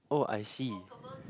oh I see